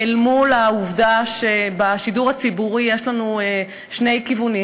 לעובדה שבשידור הציבורי יש לנו שני כיוונים.